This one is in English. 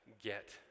get